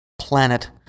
Planet